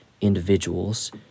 individuals